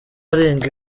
arenga